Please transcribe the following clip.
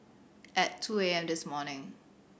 at two A M this morning